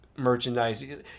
merchandise